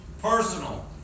Personal